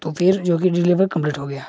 तो फिर जो कि डिलीवर कम्पलिट हो गया